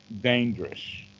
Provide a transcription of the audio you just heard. dangerous